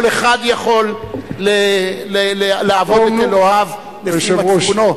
כל אחד יכול לעבוד את אלוקיו לפי מצפונו?